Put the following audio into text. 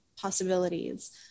possibilities